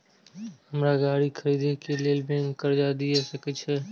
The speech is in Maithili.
हमरा गाड़ी खरदे के लेल बैंक कर्जा देय सके छे?